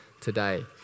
today